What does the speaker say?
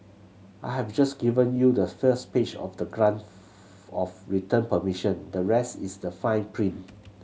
I have just given you the first page of the grant of return permission the rest is the fine print